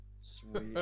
Sweet